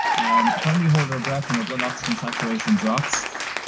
and when we hold our breath, and our blood oxygen saturation drops,